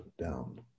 down